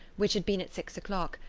which had been at six o'clock,